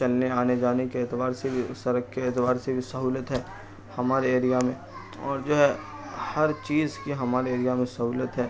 چلنے آنے جانے کے اعتبار سے بھی سڑک کے اعتبار سے بھی سہولت ہے ہمارے ایریا میں اور جو ہے ہر چیز کی ہمارے ایریا میں سہولت ہے